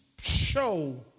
show